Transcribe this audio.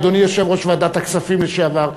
אדוני יושב-ראש ועדת הכספים לשעבר,